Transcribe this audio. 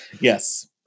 Yes